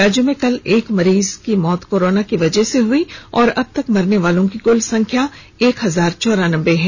राज्य में कल एक मरीज मौत कोरोना की वजह से हुई है और अबतक मरने वालों की कुल संख्या एक हजार चौरानबे है